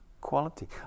quality